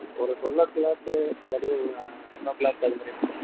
ஒரு twelve o'clock இல்லாட்டி one o'clock அது மாதிரி எடுத்துப்பேங்க சார்